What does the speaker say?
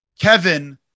Kevin